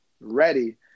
ready